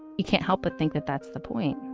you can't help but think that that's the point